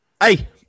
hey